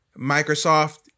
Microsoft